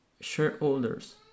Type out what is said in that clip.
shareholders